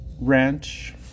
Ranch